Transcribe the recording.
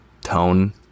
tone